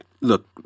Look